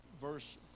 Verse